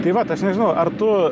tai vat aš nežinau ar tu